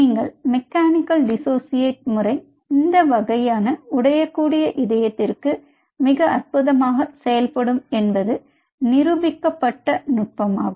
ஒரு mechanical dissociate முறை இந்த வகையான உடையக்கூடிய இதயத்திற்கு இது அற்புதமாக செயல்படும் என்பது மிகவும் நிரூபிக்கப்பட்ட நுட்பமாகும்